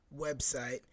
website